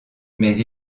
mais